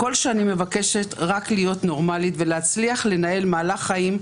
כל שאני מבקשת רק להיות נורמלית ולהצליח לנהל מהלך חיים,